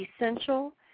essential